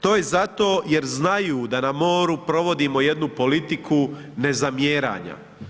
To je zato jer znaju da na moru provodimo jednu politiku nezamjeranja.